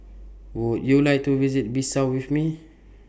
Would YOU like to visit Bissau with Me